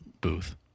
booth